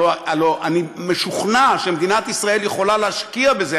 הלוא אני משוכנע שמדינת ישראל יכולה להשקיע בזה.